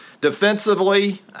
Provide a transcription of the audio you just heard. Defensively